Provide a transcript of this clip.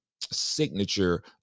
signature